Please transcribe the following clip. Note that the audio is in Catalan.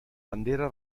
bandera